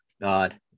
God